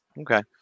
okay